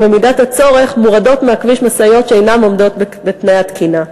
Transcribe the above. ובמידת הצורך מורדות מהכביש משאיות שאינן עומדות בתנאי התקינה.